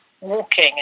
Walking